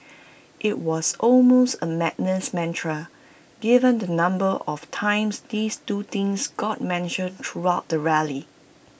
IT was almost A madness mantra given the number of times these two things got mentioned throughout the rally